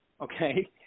okay